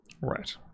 right